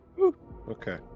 Okay